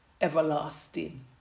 everlasting